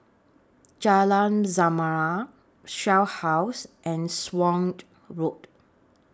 Jalan Zamrud Shell House and Swanage Road